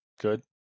good